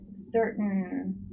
certain